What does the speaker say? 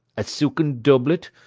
a silken doublet,